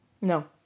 No